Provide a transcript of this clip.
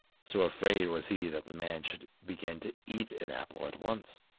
so afraid was he that the man should begin to eat an apple at once.